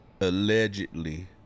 allegedly